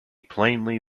plainly